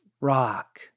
rock